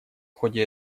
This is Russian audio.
ходе